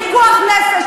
פיקוח נפש.